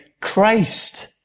Christ